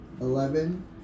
eleven